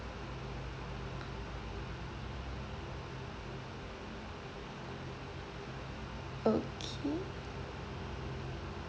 okay